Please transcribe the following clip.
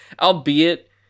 albeit